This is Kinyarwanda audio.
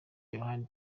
yohani